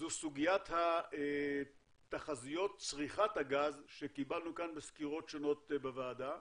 זו סוגיית תחזיות צריכת הגז שקיבלנו כאן בסקירות שונות בוועדה.